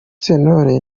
sentore